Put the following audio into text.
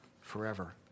forever